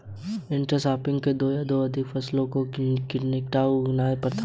intercropping दो या दो से अधिक फसलों को निकटता में उगाने की प्रथा है